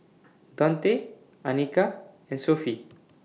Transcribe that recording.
Daunte Anika and Sophie